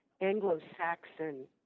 Anglo-Saxon